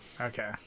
Okay